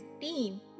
team